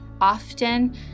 often